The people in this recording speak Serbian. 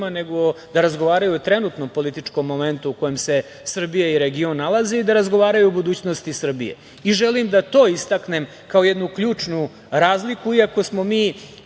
nego i da razgovaraju o trenutnom političkom momentu u kojem se Srbija i region nalaze i da razgovaraju o budućnosti Srbije. Želim da to istaknem kao jednu ključnu razliku, iako smo mi